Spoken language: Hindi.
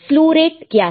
स्लु रेट क्या है